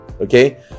okay